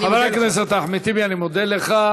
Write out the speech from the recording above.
חבר הכנסת אחמד טיבי, אני מודה לך.